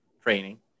training